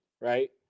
right